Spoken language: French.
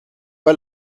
pas